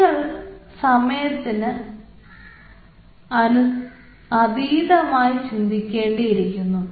നിങ്ങൾ സമയത്തിന് അതീതമായി ചിന്തിക്കേണ്ടിയിരിക്കുന്നു